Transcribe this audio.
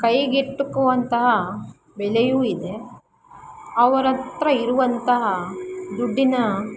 ಕೈಗೆಟುಕುವಂತಹ ಬೆಲೆಯೂ ಇದೆ ಅವ್ರ ಹತ್ರ ಇರುವಂತಹ ದುಡ್ಡಿನ